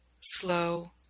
slow